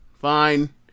fine